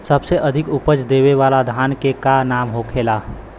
सबसे अधिक उपज देवे वाला धान के का नाम होखे ला?